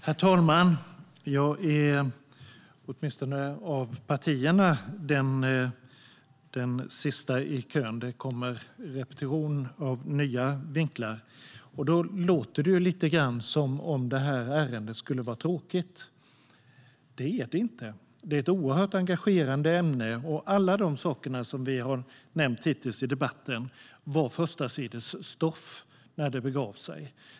Herr talman! Jag är sist i kön, åtminstone när det gäller partierna. Det kommer repetition av nya vinklar, och då låter det lite grann som att det här ärendet skulle vara tråkigt. Det är det inte! Det är ett oerhört engagerande ämne, och alla de saker som har nämnts hittills i debatten var förstasidesstoff när det begav sig.